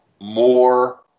more